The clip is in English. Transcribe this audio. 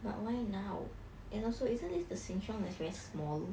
but why now and also isn't this the Sheng Siong that's very small